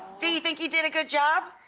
do you think you did a good job?